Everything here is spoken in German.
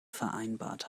vereinbart